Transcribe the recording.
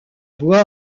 voie